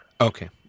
Okay